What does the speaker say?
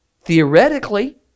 Theoretically